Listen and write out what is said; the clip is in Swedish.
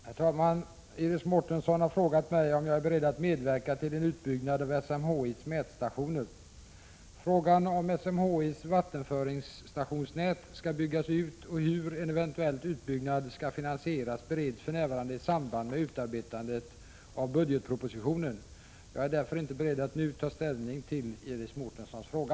Herr talman! Iris Mårtensson har frågat mig om jag är beredd att medverka till en utbyggnad av SMHI:s mätstationer. Frågan om huruvida SMHI:s vattenföringsstationsnät skall byggas ut och hur en eventuell utbyggnad skall finansieras bereds för närvarande i samband med utarbetandet av budgetpropositionen. Jag är därför inte beredd att nu ta ställning till Iris Mårtenssons fråga.